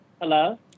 Hello